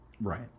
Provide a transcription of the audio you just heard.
Right